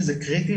שהוא קריטי,